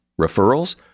Referrals